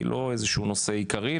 לא כאיזה נושא עיקרי,